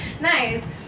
nice